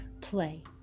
play